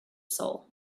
soul